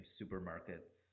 supermarkets